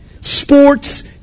sports